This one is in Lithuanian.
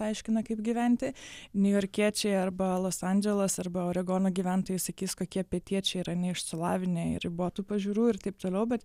aiškina kaip gyventi niujorkiečiai arba los andželas arba oregono gyventojai sakys kokie pietiečiai yra neišsilavinę ir ribotų pažiūrų ir taip toliau bet